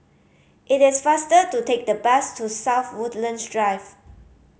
it is faster to take the bus to South Woodlands Drive